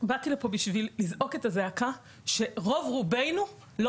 באתי לפה בשביל לזעוק את הזעקה שרוב-רובנו לא